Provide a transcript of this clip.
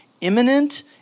imminent